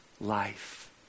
life